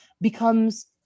becomes